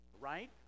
right